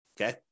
okay